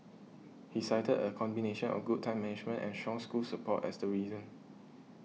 he cited a combination of good time management and strong school support as the reason